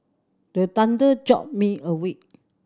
the thunder jolt me awake